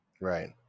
Right